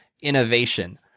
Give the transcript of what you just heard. innovation